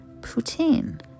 poutine